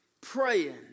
Praying